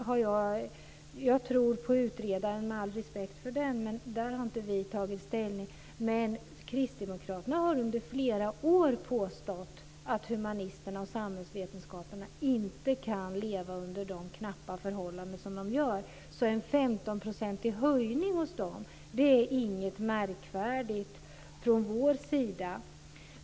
Jag tror på utredaren och har all respekt för honom, men där har vi inte tagit ställning. Kristdemokraterna har under flera år påstått att humanisterna och samhällsvetarna inte kan leva under de knappa förhållanden som de gör. En 15-procentig höjning för dem är inget märkvärdigt från vår sida sett.